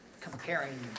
comparing